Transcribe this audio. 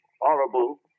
horrible